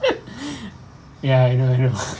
ya I know I know